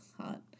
hot